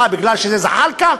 מה, מפני שזה זחאלקה?